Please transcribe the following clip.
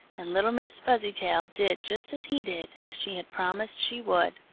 and little miss fuzzytail did just as he did, as she had promised she would.